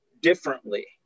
differently